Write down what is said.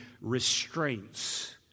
restraints